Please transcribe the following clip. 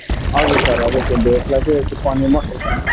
हजुर सर हजुर भेजलाई चाहिँ पनिर मटर पनिर